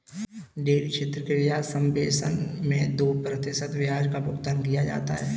dairy क्षेत्र के ब्याज सबवेसन मैं दो प्रतिशत ब्याज का भुगतान किया जाता है